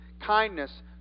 kindness